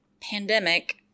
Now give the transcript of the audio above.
pandemic